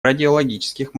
радиологических